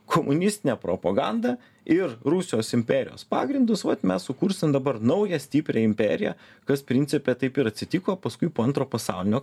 komunistinę propagandą ir rusijos imperijos pagrindus vat mes sukursim dabar naują stiprią imperiją kas principe taip ir atsitiko paskui po antro pasaulinio